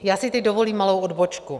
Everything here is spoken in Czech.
Já si teď dovolím malou odbočku.